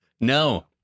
No